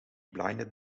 blinded